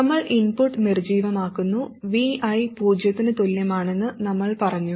നമ്മൾ ഇൻപുട്ട് നിർജ്ജീവമാക്കുന്നു Vi പൂജ്യത്തിന് തുല്യമാണെന്ന് നമ്മൾ പറഞ്ഞു